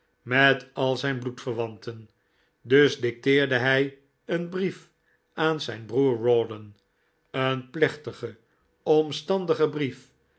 met al zijn bloedverwanten dus dicteerde hij een brief aan zijn broer rawdon een plechtigen omstandigen brief